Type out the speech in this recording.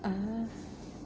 uh